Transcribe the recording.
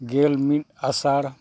ᱜᱮᱞ ᱢᱤᱫ ᱟᱥᱟᱲ